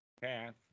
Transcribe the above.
Path